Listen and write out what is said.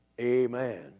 amen